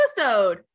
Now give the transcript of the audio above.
episode